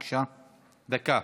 בבקשה, דקה.